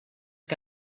que